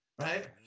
Right